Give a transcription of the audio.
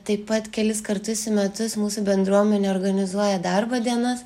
taip pat kelis kartus į metus mūsų bendruomenė organizuoja darbo dienas